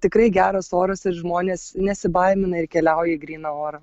tikrai geras oras ir žmonės nesibaimina ir keliauja į gryną orą